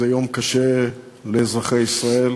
זה יום קשה לאזרחי ישראל.